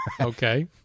Okay